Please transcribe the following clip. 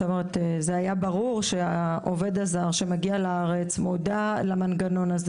זאת אומרת זה היה ברור שעובד הזר שמגיע לארץ מודע למנגנון הזה.